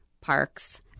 parks